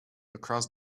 across